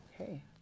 Okay